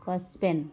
caspian